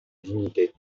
dignité